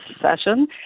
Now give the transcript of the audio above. session